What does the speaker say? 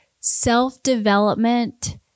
self-development